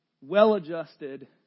well-adjusted